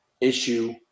issue